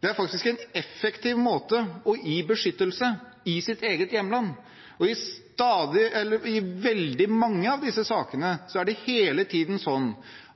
Det er faktisk en effektiv måte å gi beskyttelse i deres eget hjemland på. I veldig mange av disse sakene er det hele tiden sånn